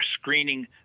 screening